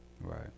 Right